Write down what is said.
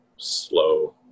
slow